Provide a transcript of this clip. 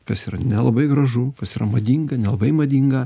kas yra nelabai gražu kas yra madinga nelabai madinga